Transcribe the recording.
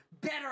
better